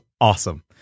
awesome